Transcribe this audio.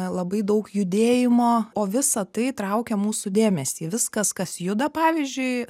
labai daug judėjimo o visa tai traukia mūsų dėmesį viskas kas juda pavyzdžiui